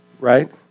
right